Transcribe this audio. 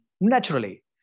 naturally